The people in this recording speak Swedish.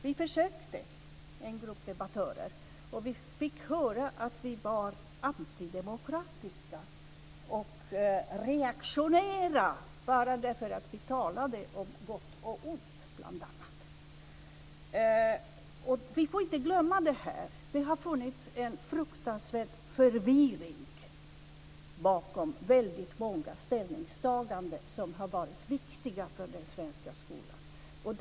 Vi försökte, en grupp debattörer, och vi fick höra att vi var antidemokratiska och reaktionära bara därför att vi talade om gott och ont, bl.a. Vi får inte glömma detta. Det har funnits en fruktansvärd förvirring bakom väldigt många ställningstaganden som har varit viktiga för den svenska skolan.